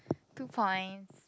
two points